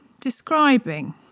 describing